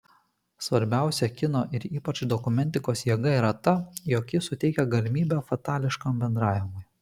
svarbiausia kino ir ypač dokumentikos jėga yra ta jog ji suteikia galimybę fatališkam bendravimui